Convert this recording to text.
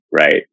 right